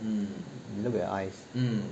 那边 ice